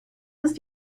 ist